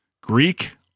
Greek